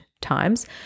times